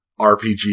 RPG